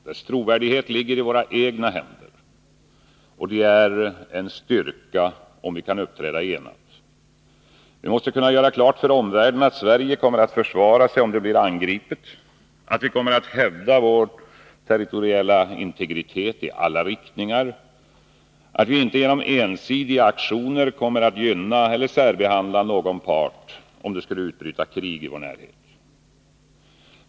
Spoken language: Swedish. Dess trovärdighet ligger i våra egna händer. Det är en styrka, om vi kan uppträda enat. Vi måste kunna göra klart för omvärlden att Sverige kommer att försvara sig, om det blir angripet, att vi kommer att hävda vår territoriella integritet i alla riktningar och att vi inte genom ensidiga aktioner kommer att gynna eller särbehandla någon part, om det skulle utbryta krig i vår närhet.